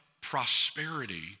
prosperity